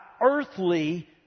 earthly